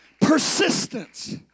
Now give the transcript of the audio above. persistence